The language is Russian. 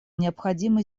необходимо